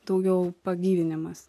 daugiau pagyvinimas